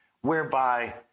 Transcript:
whereby